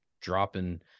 dropping